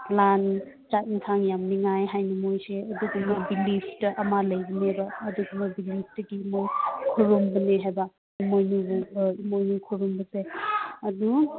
ꯂꯟ ꯆꯥꯛ ꯏꯟꯁꯥꯡ ꯌꯥꯝꯅꯤꯡꯉꯤ ꯍꯥꯏꯅ ꯃꯣꯏꯁꯦ ꯑꯗꯨꯒꯨꯝꯕ ꯕꯤꯂꯤꯞꯇ ꯑꯃ ꯂꯩꯕꯅꯦꯕ ꯑꯗꯨꯒꯨꯝꯕ ꯕꯤꯂꯤꯞꯇꯒꯤ ꯃꯣꯏ ꯈꯣꯏꯔꯨꯝꯕꯅꯦ ꯍꯥꯏꯕ ꯏꯃꯣꯏꯅꯨꯕꯨ ꯏꯃꯣꯏꯅꯨ ꯈꯣꯏꯔꯨꯝꯕꯁꯦ ꯑꯗꯨ